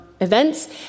events